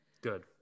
good